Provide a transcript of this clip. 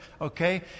okay